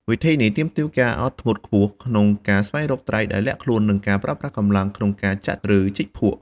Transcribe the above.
វិធីនេះទាមទារការអត់ធ្មត់ខ្ពស់ ក្នុងការស្វែងរកត្រីដែលលាក់ខ្លួន និងការប្រើប្រាស់កម្លាំង ក្នុងការចាក់ ឬជីកភក់។